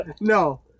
No